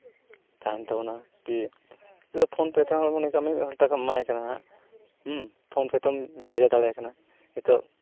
ᱛᱟᱦᱮᱱ ᱛᱟᱵᱚᱱᱟ ᱠᱤ ᱤᱭᱟᱹ ᱯᱷᱳᱱ ᱯᱮ ᱛᱮᱦᱚᱸ ᱢᱚᱱᱮ ᱠᱟᱜ ᱢᱮ ᱢᱤᱫ ᱦᱚᱲ ᱴᱟᱠᱟᱢ ᱮᱢᱟᱭ ᱠᱟᱱᱟ ᱦᱟᱸᱜ ᱦᱩᱸ ᱯᱷᱳᱱ ᱯᱮ ᱛᱮᱦᱚᱢ ᱵᱷᱮᱡᱟ ᱫᱟᱲᱮᱣᱟᱭ ᱠᱟᱱᱟ ᱱᱤᱛᱳᱜ